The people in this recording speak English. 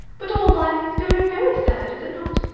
but all life is very, very sad, is it not?